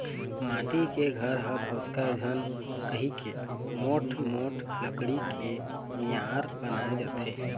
माटी के घर ह भोसकय झन कहिके मोठ मोठ लकड़ी के मियार बनाए जाथे